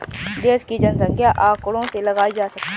देश की जनसंख्या आंकड़ों से लगाई जा सकती है